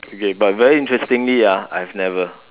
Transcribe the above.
okay but very interestingly ah I've never